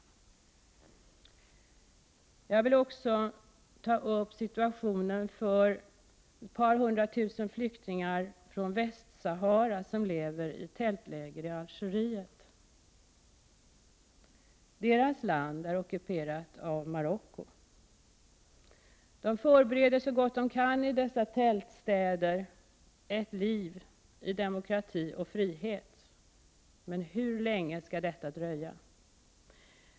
Jag vill också ta upp situationen för ett par hundratusen flyktingar från Västsahara som lever i tältläger i Algeriet. Deras land är ockuperat av Marocko. De förbereder så gott de kan i dessa tältstäder ett liv i demokrati och frihet, men hur länge skall detta dröja?